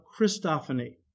Christophany